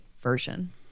version